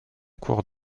cours